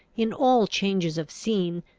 in all changes of scene,